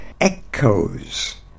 echoes